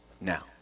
now